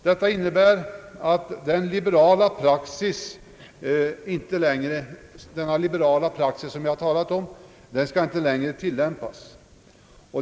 Detta medför att denna liberala praxis inte längre kan tillämpas.